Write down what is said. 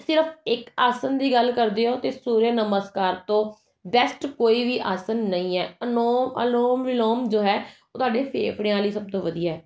ਸਿਰਫ ਇਕ ਆਸਨ ਦੀ ਗੱਲ ਕਰਦੇ ਹੋ ਤਾਂ ਸੂਰਿਆ ਨਮਸਕਾਰ ਤੋਂ ਬੈਸਟ ਕੋਈ ਵੀ ਆਸਨ ਨਹੀਂ ਹੈ ਅਨੋ ਅਲੋਮ ਵਿਲੋਮ ਜੋ ਹੈ ਉਹ ਤੁਹਾਡੇ ਫੇਫੜਿਆਂ ਲਈ ਸਭ ਤੋਂ ਵਧੀਆ